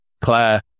Claire